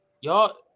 y'all